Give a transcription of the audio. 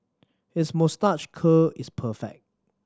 his moustache curl is perfect